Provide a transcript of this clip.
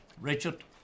Richard